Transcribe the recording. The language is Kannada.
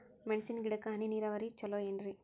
ಮೆಣಸಿನ ಗಿಡಕ್ಕ ಹನಿ ನೇರಾವರಿ ಛಲೋ ಏನ್ರಿ?